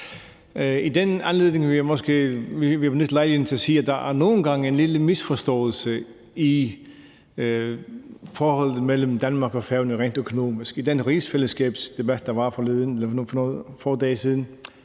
lejligheden til at sige, at der nogle gange er en lille misforståelse i forholdet mellem Danmark og Færøerne rent økonomisk. I den rigsfællesskabsdebat, der var for få dage siden,